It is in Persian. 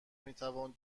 میتوان